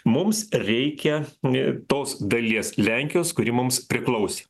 mums reikia tos dalies lenkijos kuri mums priklausė